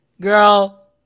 girl